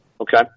Okay